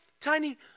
tiny